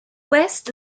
west